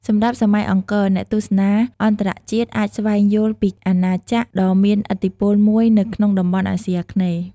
សម្រាប់សម័យអង្គរ អ្នកទស្សនាអន្តរជាតិអាចស្វែងយល់ពីអាណាចក្រដ៏មានឥទ្ធិពលមួយនៅក្នុងតំបន់អាស៊ីអាគ្នេយ៍។